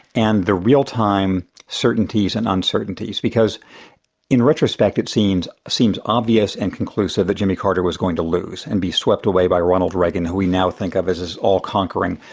and the real time certainties and uncertainties, because in retrospect it seems seems obvious and conclusive that jimmy carter was going to lose and be swept away by ronald reagan who we now think of as this all-conquering,